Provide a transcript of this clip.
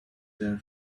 their